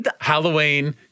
Halloween